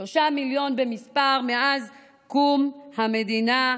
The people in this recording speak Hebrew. שלושה מיליון במספר מאז קום המדינה,